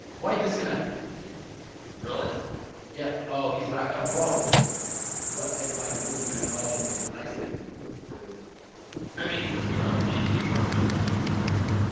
white disconnected really yeah oh he's back ah bro what like why what are we doing oh okay nice technique good i mean he's israeli he of course knows how to make the checkmate